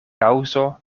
kaŭzo